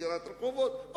סגירת רחובות,